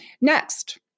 Next